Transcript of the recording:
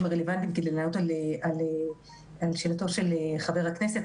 הרלוונטיים שיכולים לענות על שאלתו של חבר הכנסת,